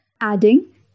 adding